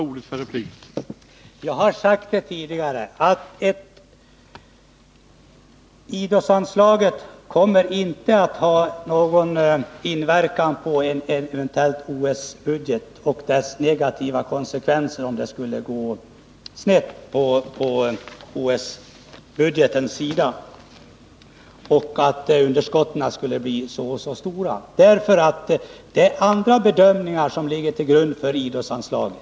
Herr talman! Jag har tidigare sagt att idrottsanslagen inte kommer att påverkas negativt av OS-budgeten, om det skulle gå snett med den, oavsett hur stora underskotten blir. Det är andra bedömningar som ligger till grund för idrottsanslagen.